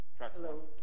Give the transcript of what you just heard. Hello